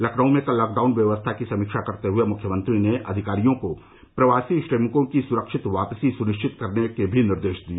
लखनऊ में कल लॉकडाउन व्यवस्था की समीक्षा करते हुए मुख्यमंत्री ने अधिकारियों को प्रवासी श्रमिकों की सुरक्षित वापसी सुनिश्चित करने के भी निर्देश दिए